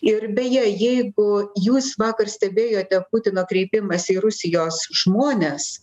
ir beje jeigu jūs vakar stebėjote putino kreipimąsi į rusijos žmones